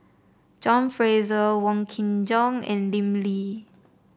John Fraser Wong Kin Jong and Lim Lee